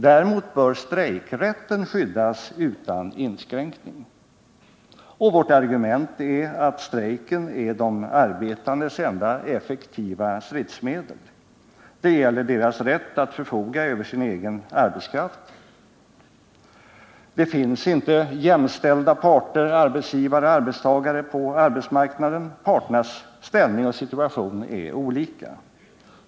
Däremot bör strejkrätten skyddas utan inskränkning. Vårt argument är att strejken är de arbetandes enda effektiva stridsmedel. Det gäller deras rätt att förfoga över sin egen arbetskraft. Det finns inte jämställda parter, arbetsgivare-arbetstagare, på arbetsmarknaden. Parternas ställning och situation är olika.